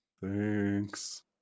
Thanks